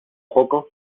poco